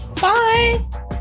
bye